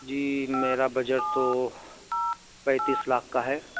جی میرا بجٹ تو پینتیس لاکھ کا ہے